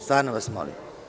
Stvarno vas molim.